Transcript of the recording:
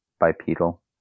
bipedal